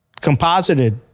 composited